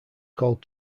called